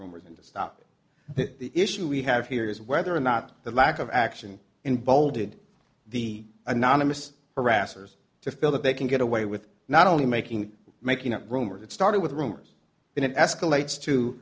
rumors and to stop the issue we have here is whether or not the lack of action in bolded the anonymous harassers to feel that they can get away with not only making making up rumors that started with rumors but it escalates to